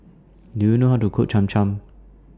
Do YOU know How to Cook Cham Cham